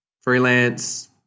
freelance